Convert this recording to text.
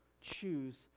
choose